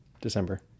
December